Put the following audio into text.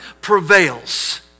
prevails